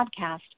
podcast